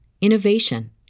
innovation